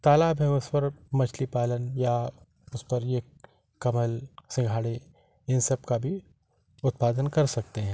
तालाब है उस पर मछली पालन या उस पर ये कमल सिंघाड़े इन सबका भी उत्पादन कर सकते हैं